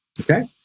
Okay